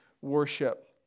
worship